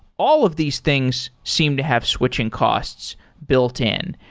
all of these things seem to have switching costs built-in.